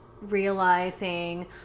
realizing